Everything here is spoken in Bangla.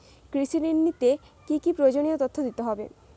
কৃষি ঋণ নিতে কি কি প্রয়োজনীয় তথ্য দিতে হবে?